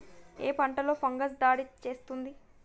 ఏ పంటలో ఫంగస్ దాడి చేస్తుంది?